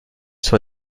sur